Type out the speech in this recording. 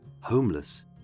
homeless